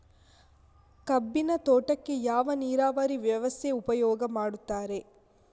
ಕಬ್ಬಿನ ತೋಟಕ್ಕೆ ಯಾವ ನೀರಾವರಿ ವ್ಯವಸ್ಥೆ ಉಪಯೋಗ ಮಾಡುತ್ತಾರೆ?